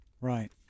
Right